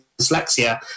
dyslexia